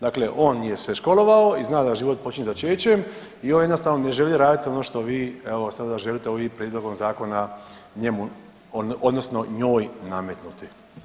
Dakle, on je se školovao i zna da život počinje začećem i on jednostavno ne želi raditi ono što vi evo sada želite ovim prijedlogom zakona njemu odnosno njoj nametnuti.